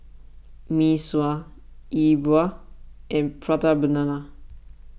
Mee Sua E Bua and Prata Banana